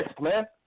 man